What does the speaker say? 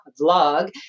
vlog